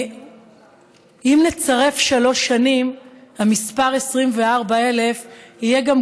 אם נצרף שלוש שנים המספר 24,000 יהיה גם